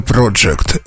Project